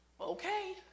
Okay